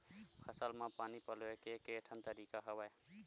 फसल म पानी पलोय के केठन तरीका हवय?